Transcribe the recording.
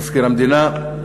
מזכיר המדינה,